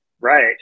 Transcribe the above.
Right